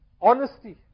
honesty